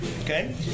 Okay